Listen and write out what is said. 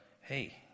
hey